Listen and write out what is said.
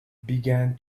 began